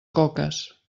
coques